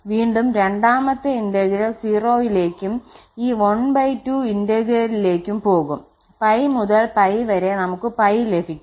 വീണ്ടും രണ്ടാമത്തെ ഇന്റഗ്രൽ 0 ലേക്കും ഈ ½ ഇന്റഗ്രലിലേക്കും പോകും 𝜋 മുതൽ 𝜋 വരെ നമുക്ക് 𝜋 ലഭിക്കും